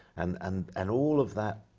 and and and all of that,